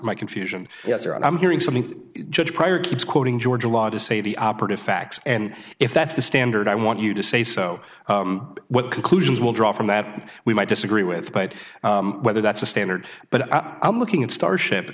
my confusion yes here i'm hearing something judge pryor keeps quoting georgia law to say the operative facts and if that's the standard i want you to say so what conclusions will draw from that we might disagree with but whether that's a standard but i'm looking at starship